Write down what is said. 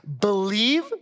Believe